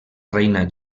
reina